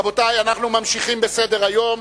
(מחיאות כפיים) רבותי, אנחנו ממשיכים בסדר-היום,